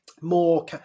more